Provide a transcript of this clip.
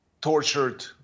tortured